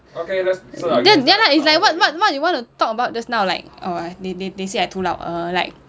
then ya lah it's like what what what you wanna talk about just now like oh I they they they say I too loud uh like